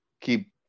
keep